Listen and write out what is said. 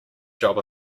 job